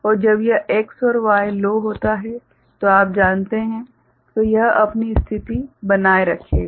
और जब यह X और Y लो होता है तो आप जानते हैं तो यह अपनी स्थिति बनाए रखेगा